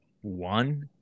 One